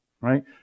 Right